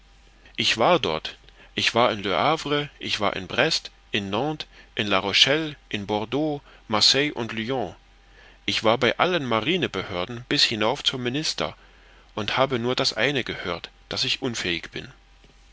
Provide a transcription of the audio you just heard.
ich war dort ich war in le havre ich war in brest in nantes in la rochelle in bordeaux marseille und lyon ich war bei allen marinebehörden bis hinauf zum minister und habe nur das eine gehört daß ich unfähig bin